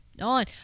on